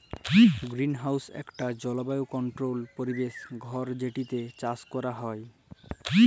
greenhouse ইকট জলবায়ু controlled পরিবেশ ঘর যেটতে চাষ ক্যরা হ্যয়